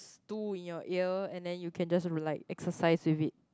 two in your ear and then you can just like exercise with it